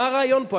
מה הרעיון פה?